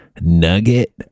Nugget